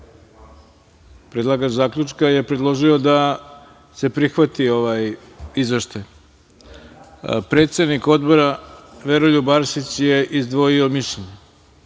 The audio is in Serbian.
predlagač ovog zaključka predložio da se prihvati ovaj izveštaj. Predsednik Odbora, Veroljub Arsić je izdvojio mišljenje.